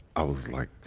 i was like,